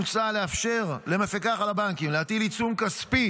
מוצע לאפשר למפקח על הבנקים להטיל עיצום כספי